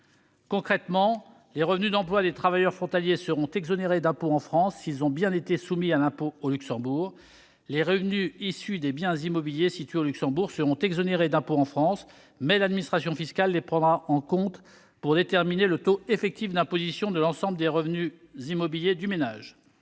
Concrètement, les revenus d'emploi des travailleurs frontaliers seront exonérés d'impôt en France s'ils ont bien été soumis à l'impôt au Luxembourg. Les revenus issus des biens immobiliers situés au Luxembourg seront exonérés d'impôt en France, mais l'administration fiscale les prendra en compte pour déterminer le taux effectif d'imposition de l'ensemble des revenus immobiliers du ménage.